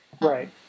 Right